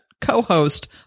co-host